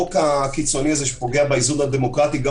לחוק הקיצוני הזה שפוגע באיזון הדמוקרטי גם